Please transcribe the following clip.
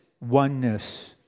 oneness